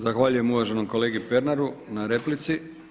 Zahvaljujem uvaženom kolegi Pernaru na replici.